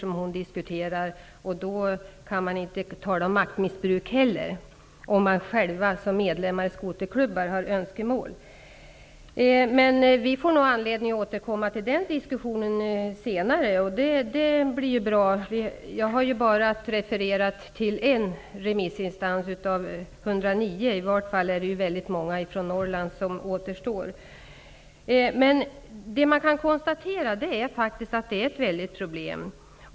Det kan inte sägas vara fråga om maktmissbruk, om det är önskemål från skoterklubbarna själva som kommer upp till diskussion. Vi får nog anledning att återkomma till denna diskussion. Jag har bara refererat till en enda remissinstans av 109, och det är många remissinstanser från Norrland som återstår. Man kan dock konstatera att vi här faktiskt har ett stort problem.